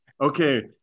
okay